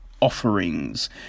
offerings